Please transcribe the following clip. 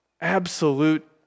absolute